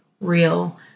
real